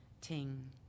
ting